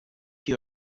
you